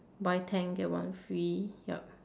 buy ten get one free yup